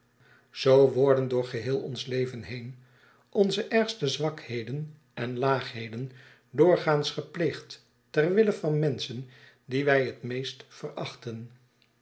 zoo worden door geheel ons leven heen onze ergste zwakheden en laagheden doorgaans gepleegd ter wille van menschen die wij het meest verachten